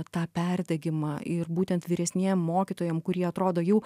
tą perdegimą ir būtent vyresniem mokytojam kurie atrodo jau